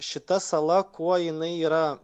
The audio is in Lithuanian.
šita sala kuo jinai yra